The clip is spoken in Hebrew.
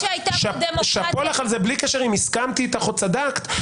ובלי קשר אם הסכמתי או צדקת,